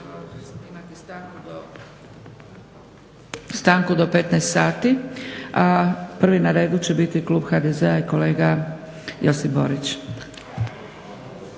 stanku do 15,00 sati. Prvi na redu će biti klub HDZ-a i kolega Josip Borić.